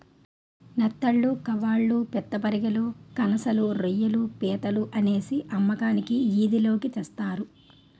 నెత్తళ్లు కవాళ్ళు పిత్తపరిగెలు కనసలు రోయ్యిలు పీతలు అనేసి అమ్మకానికి ఈది లోకి తెస్తారు